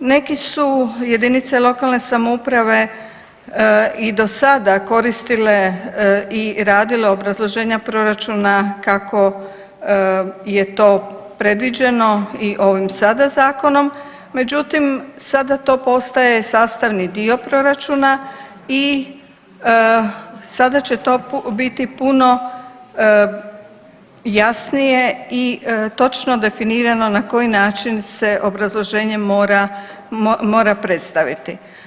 neke su JLS i do sada koristile i radile obrazloženja proračuna kako je to predviđeno i ovim sada zakonom, međutim sada to postaje sastavni dio proračuna i sada će to biti puno jasnije i točno definirano na koji način se obrazloženje mora, mora predstaviti.